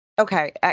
Okay